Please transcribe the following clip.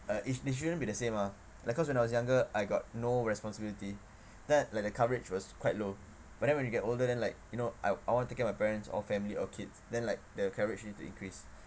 uh it they shouldn't be the same ah like because when I was younger I got no responsibility then like the coverage was quite low but then when you get older then like you know I I want to take care of my parents or family or kids then like the coverage need to increase